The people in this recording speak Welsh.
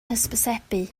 hysbysebu